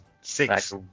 Six